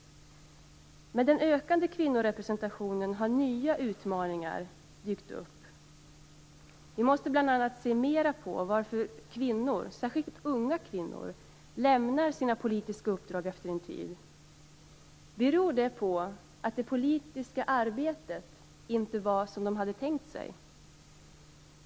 Med den ökande kvinnorepresentationen har nya utmaningar dykt upp. Vi måste bl.a. se mer på varför kvinnor, särskilt unga kvinnor, lämnar sina politiska uppdrag efter en tid. Beror det på att det politiska arbetet inte var som de hade tänkt sig?